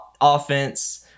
offense